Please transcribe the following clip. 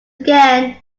again